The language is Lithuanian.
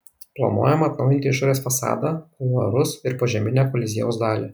planuojama atnaujinti išorės fasadą kuluarus ir požeminę koliziejaus dalį